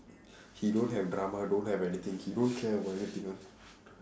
he don't have drama don't have anything he don't care about anything one